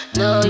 no